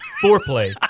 foreplay